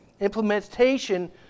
implementation